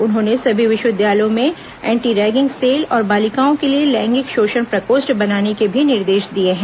उन्होंने सभी विश्वविद्यालयों में एंटी रैगिंग सेल और बालिकाओं के लिए लैंगिक शोषण प्रकोष्ठ बनाने के भी निर्देश दिए हैं